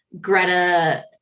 Greta